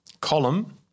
column